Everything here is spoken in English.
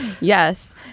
Yes